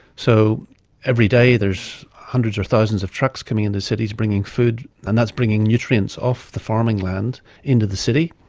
so every day there's hundreds or thousands of trucks coming into cities bringing food, and that's bringing nutrients off the farming land into the city.